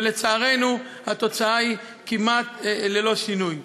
ולצערנו התוצאה היא כמעט ללא שינוי.